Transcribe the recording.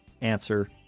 answer